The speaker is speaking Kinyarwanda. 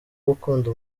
gukunda